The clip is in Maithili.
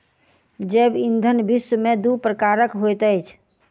जैव ईंधन विश्व में दू प्रकारक होइत अछि